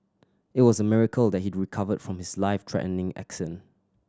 it was a miracle that he recovered from his life threatening accident